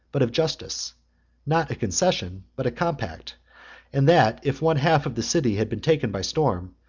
but of justice not a concession, but a compact and that if one half of the city had been taken by storm,